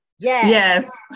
yes